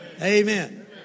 Amen